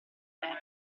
terra